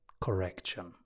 correction